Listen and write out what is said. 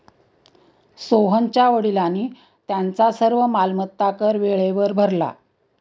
सोहनच्या वडिलांनी त्यांचा सर्व मालमत्ता कर वेळेवर भरला